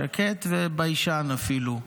שקט וביישן אפילו,